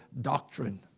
doctrine